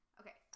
okay